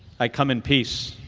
i come in peace.